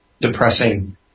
depressing